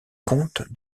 compte